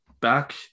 back